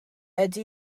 ydy